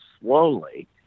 slowly